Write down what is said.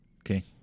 Okay